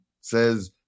says